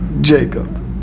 Jacob